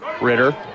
Ritter